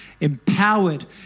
empowered